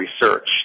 research